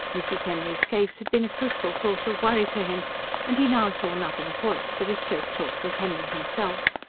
mrs. henry's case had been a fruitful source of worry to him and he now saw nothing for it but a straight talk with henry himself.